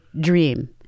dream